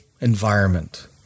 environment